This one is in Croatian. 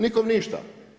Nikom ništa?